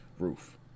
roof